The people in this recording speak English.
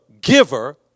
giver